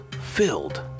filled